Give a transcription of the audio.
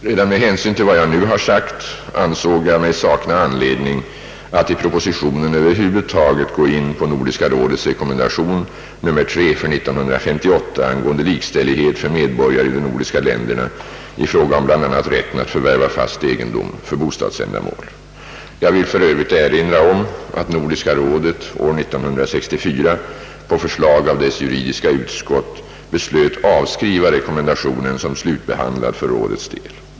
Redan med hänsyn till vad jag nu har sagt ansåg jag mig sakna anledning att i propositionen över huvud taget gå in på Nordiska rådets rekommendation nr 3/1958 angående likställighet för medborgare i de nordiska länderna i fråga om bl.a. rätten att förvärva fast egendom för bostadsändamål. Jag vill f. ö. erinra om att Nordiska rådet år 1964 på förslag av dess juridiska utskott beslöt avskriva rekommendationen som slutbehandlad för rådets del.